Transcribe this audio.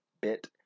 bit